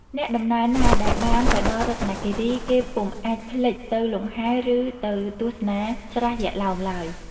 អ្នកដំណើរណា ដែលបានទៅដល់រតនគិរី គេពុំអាចភ្លេចទៅលំហែ ឬទៅទស្សនាស្រះយក្ខឡោមឡើយ។